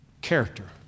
character